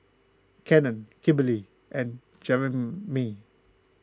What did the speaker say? Cannon Kimberly and Jeremey